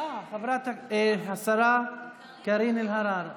השרה קארין אלהרר.